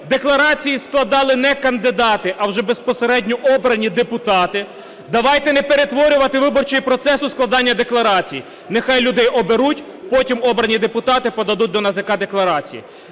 декларації складали не кандидати, а вже безпосередньо обрані депутати. Давайте не перетворювати виборчий процес у складання декларацій. Нехай людей оберуть, потім обрані депутати подадуть до НАЗК декларації.